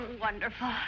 wonderful